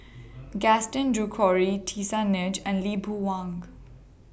Gaston Dutronquoy Tisa Ng and Lee Boon Wang